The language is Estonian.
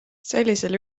sellisel